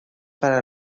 para